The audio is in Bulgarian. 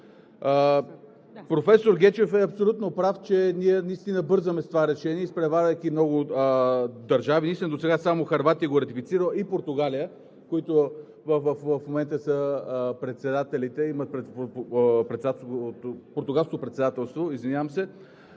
Професор Гечев е абсолютно прав, че ние наистина бързаме с това решение, изпреварвайки много държави. Досега само Хърватия го е ратифицирала, и Португалия – в момента е Португалското председателство,